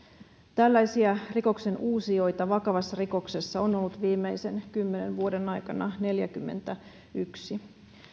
tällaisia rikoksenuusijoita vakavassa rikoksessa on ollut viimeisen kymmenen vuoden aikana neljäkymmentäyksi